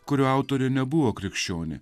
kurio autorė nebuvo krikščionė